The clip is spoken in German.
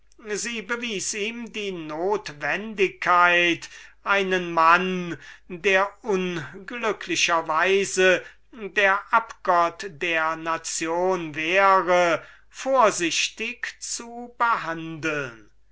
sie bewies ihm die notwendigkeit einen mann der zu allem unglück der abgott der nation wäre vorsichtig zu behandeln